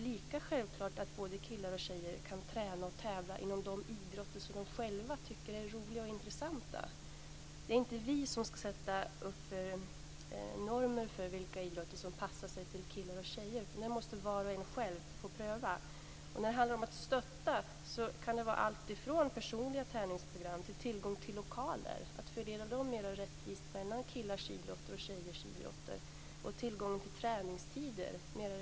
Lika självklart är det att både killar och tjejer skall kunna träna och tävla inom de idrotter de själva tycker är roliga och intressanta. Det är inte vi som skall sätta upp normer för vilka idrotter som passar för killar och tjejer, utan det måste var och en själv få pröva. När det handlar om att stötta kan det vara allt från personliga träningsprogram till tillgång till lokaler och träningstider, att fördela dessa mer rättvist mellan killars och tjejers idrotter.